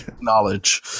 Knowledge